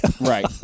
right